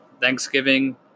Thanksgiving